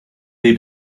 they